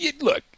Look